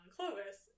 Clovis